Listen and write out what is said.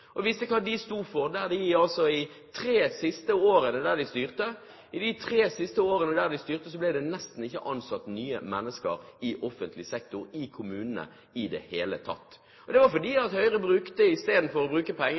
og viste hva de sto for, da det i de tre siste årene de styrte, nesten ikke ble ansatt nye mennesker i offentlig sektor i kommunene i det hele tatt. Det var fordi Høyre istedenfor å bruke